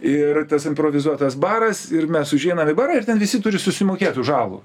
ir tas improvizuotas baras ir mes užeinam į barą ir ten visi turi susimokėt už alų